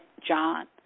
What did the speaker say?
John